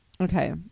Okay